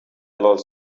lot